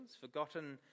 forgotten